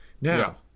Now